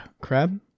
crab